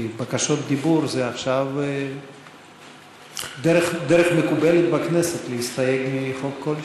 כי בקשות דיבור זו עכשיו דרך מקובלת בכנסת להסתייג מחוק כלשהו.